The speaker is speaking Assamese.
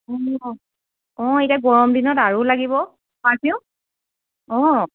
অঁ অঁ এতিয়া গৰম দিনত আৰু লাগিব পাৰফিউম অঁ